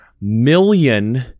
million